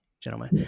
gentlemen